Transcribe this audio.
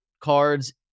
cards